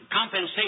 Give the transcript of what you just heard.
compensation